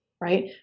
right